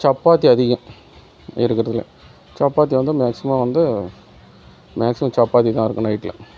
சப்பாத்தி அதிகம் இருக்கிறதுலே சப்பாத்தி வந்து மேக்ஸிமம் வந்து மேக்ஸிமம் சப்பாத்தி தான் இருக்கும் நைட்டில்